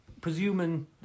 presuming